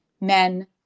men